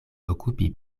okupi